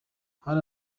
hari